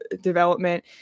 development